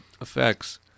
effects